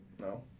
No